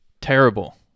terrible